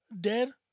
dead